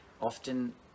often